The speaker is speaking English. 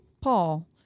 Paul